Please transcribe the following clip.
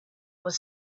was